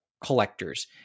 collectors